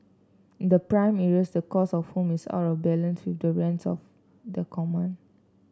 in the prime areas the cost of homes out of balance with the rents of they command